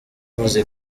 bivuze